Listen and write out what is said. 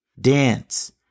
Dance